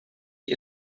die